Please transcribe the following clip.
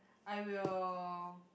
I will